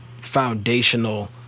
foundational